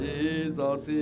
Jesus